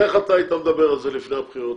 אז איך אתה היית מדבר על זה עכשיו לפני הבחירות?